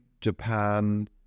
Japan